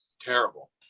terrible